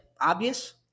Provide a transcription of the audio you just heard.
obvious